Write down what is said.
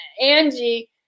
Angie